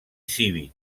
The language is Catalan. cívic